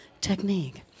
technique